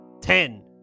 ten